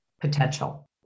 potential